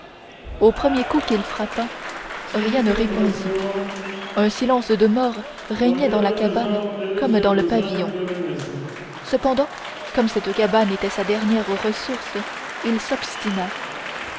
aux premiers coups qu'il frappa rien ne répondit un silence de mort régnait dans la cabane comme dans le pavillon cependant comme cette cabane était sa dernière ressource il s'obstina